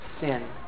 sin